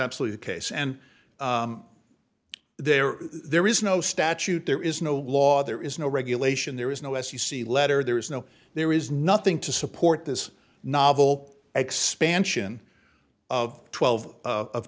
absolutely the case and there are there is no statute there is no law there is no regulation there is no as you see letter there is no there is nothing to support this novel expansion of twelve of